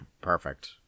Perfect